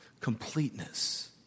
completeness